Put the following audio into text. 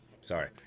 Sorry